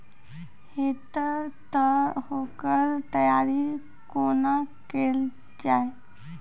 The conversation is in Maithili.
हेतै तअ ओकर तैयारी कुना केल जाय?